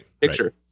picture